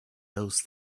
those